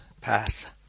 path